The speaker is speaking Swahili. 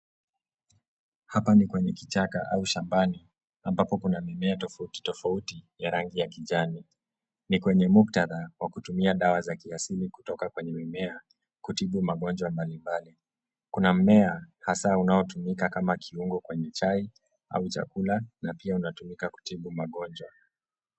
Hapa ni kwenye kichaka au shambani ambapo kuna mimea tofauti tofauti ya rangi ya kijani. Ni kwenye muktadha wa kutumia dawa za kiasili kutoka kwenye mimea kutibu magonjwa mbalimbali. Kuna mmea hasa unaotumika kama kiungo kwenye chai au chakula na pia unatumika kutibu magonjwa.